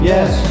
Yes